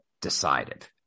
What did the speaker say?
decided